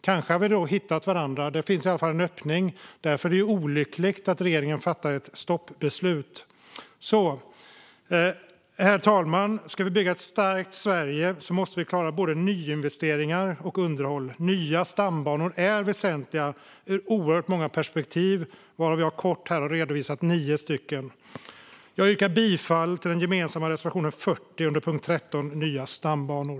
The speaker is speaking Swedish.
Kanske hade vi då hittat varandra. Där finns i alla fall en öppning. Därför är det olyckligt att regeringen fattar ett stoppbeslut. Herr talman! Ska vi bygga ett starkt Sverige måste vi klara både nyinvesteringar och underhåll. Nya stambanor är väsentliga ur oerhört många perspektiv. Jag har kort redovisat nio stycken. Jag yrkar bifall till den gemensamma reservationen 40 under punkt 13 om nya stambanor.